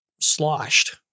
sloshed